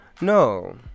No